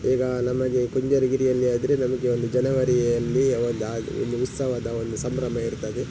ಈಗ ನಮಗೆ ಕುಂಜಾರುಗಿರಿಯಲ್ಲಿ ಆದರೆ ನಮಗೆ ಒಂದು ಜನವರಿಯಲ್ಲಿ ಒಂದು ಆ ಒಂದು ಉತ್ಸವದ ಒಂದು ಸಂಭ್ರಮ ಇರ್ತದೆ